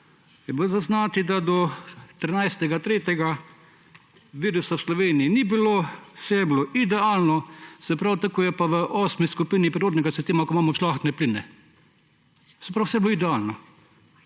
je bilo zaznati, da do 13. 3. virusa v Sloveniji ni bilo, vse je bilo idealno, se pravi tako, kot je v osmi skupini periodnega sistema, kjer imamo žlahtne pline. Vse je bilo idealno,